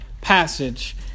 passage